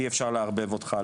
אי אפשר "לערבב" אותך,